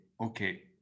okay